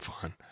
fun